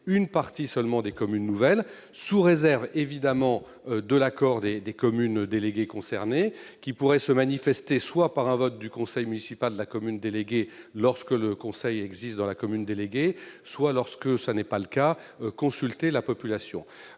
une partie seulement des communes nouvelles, sous réserve évidemment de l'accord des communes déléguées concernées qui pourrait se manifester soit par un vote du conseil municipal de la commune déléguée, lorsqu'il en existe un, soit, lorsque tel n'est pas le cas, par une consultation